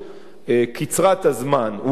קצרת הזמן, אולי,